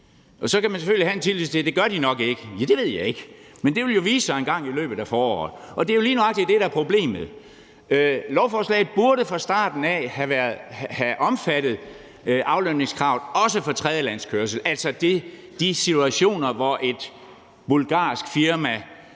Så kan man selvfølgelig have tillid til, at det gør de nok ikke. Ja, det ved jeg ikke; men det vil jo vise sig engang i løbet af foråret. Og det er jo lige nøjagtig det, der er problemet. Lovforslaget burde fra starten af have omfattet aflønningskravet også på tredjelandskørsel, altså i de situationer, hvor et bulgarsk firma